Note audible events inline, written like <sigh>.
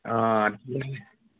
অঁ <unintelligible>